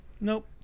Nope